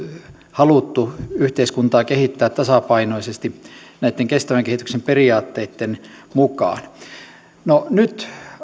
haluttu yhteiskuntaa kehittää tasapainoisesti näitten kestävän kehityksen periaatteitten mukaan no nyt